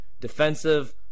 Defensive